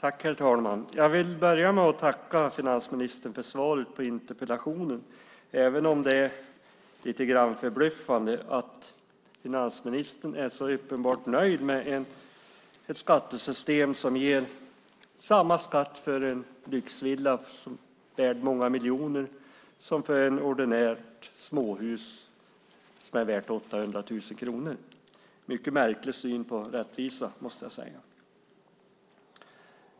Herr talman! Jag vill börja med att tacka finansministern för svaret på interpellationen, även om det är förbluffande att finansministern är så uppenbart nöjd med ett skattesystem som ger samma skatt för en lyxvilla som är värd flera miljoner som för ett ordinärt småhus som är värt 800 000 kronor. Det är en mycket märklig syn på rättvisa.